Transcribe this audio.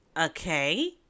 okay